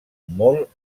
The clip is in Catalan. molt